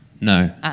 No